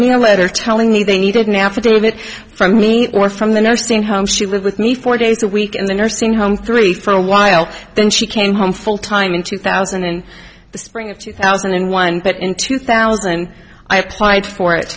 me a letter telling me they needed an affidavit from me from the nursing home she lived with me four days a week in the nursing home three for a while then she came home full time in two thousand and the spring of two thousand and one but in two thousand i applied for it